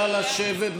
נא לשבת,